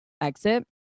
exit